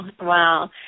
wow